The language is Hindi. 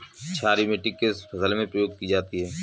क्षारीय मिट्टी किस फसल में प्रयोग की जाती है?